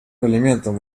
элементом